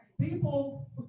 people